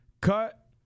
Cut